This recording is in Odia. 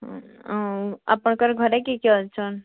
ଆଉ ଆପଣ୍ଙ୍କର୍ ଘରେ କିଏ କିଏ ଅଛନ୍